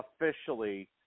officially